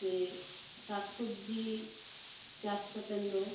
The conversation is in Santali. ᱥᱮ ᱥᱟᱠ ᱥᱚᱵᱡᱤ ᱪᱟᱥᱠᱟᱛᱮᱱ ᱫᱚ